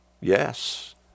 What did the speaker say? Yes